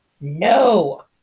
no